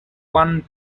juan